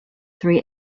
three